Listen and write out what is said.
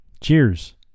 Cheers